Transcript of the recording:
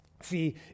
See